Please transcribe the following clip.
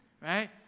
right